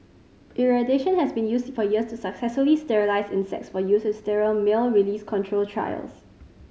irradiation has been used for years to successfully sterilise insects for use in sterile male release control trials